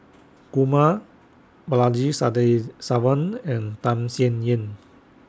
Kumar Balaji Sadasivan and Tham Sien Yen